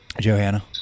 Johanna